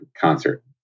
concert